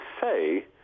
say